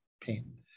pain